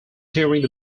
during